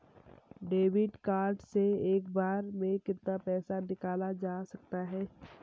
Debit card से एक बार में कितना पैसा निकाला जा सकता है?